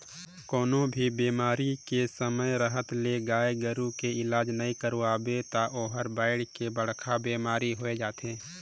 कोनों भी बेमारी के समे रहत ले गाय गोरु के इलाज नइ करवाबे त ओहर बायढ़ के बड़खा बेमारी होय जाथे